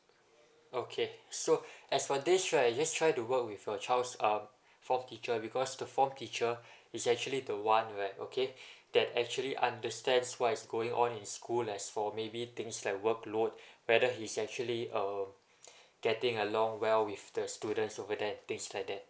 okay so as for this right just try to work with your child's uh form teacher because the form teacher is actually the one right okay that actually understands what is going on in school as for maybe things like workload whether he's actually uh getting along well with the students over there and things like that